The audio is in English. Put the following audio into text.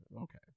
Okay